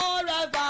forever